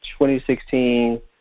2016